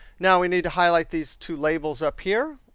now, we need to highlight these two labels up here.